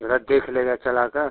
जरा देख लेगा चला कर